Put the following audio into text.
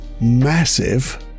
massive